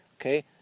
Okay